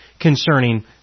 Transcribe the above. concerning